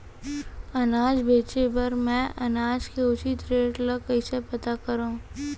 अनाज बेचे बर मैं अनाज के उचित रेट ल कइसे पता करो?